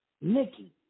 Nikki